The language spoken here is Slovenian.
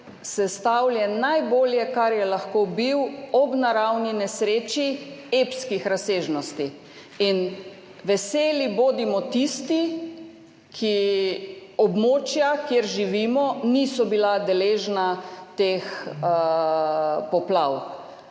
sestavljen najbolje, kar je lahko bil ob naravni nesreči epskih razsežnosti. In veseli bodimo tisti, pri katerih območja, kjer živimo, niso bila deležna teh poplav.